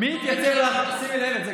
מי התייצב, אף אחד עוד לא מכיר את הדעות שלו.